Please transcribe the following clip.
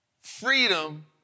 Freedom